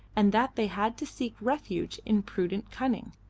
and that they had to seek refuge in prudent cunning.